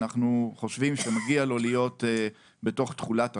אנחנו חושבים שמגיע לו להיות בתוך תחולת החוק.